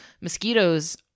Mosquitoes